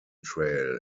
trail